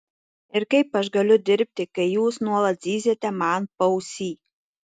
ir kaip aš galiu dirbti kai jūs nuolat zyziate man paausy